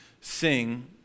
sing